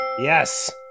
Yes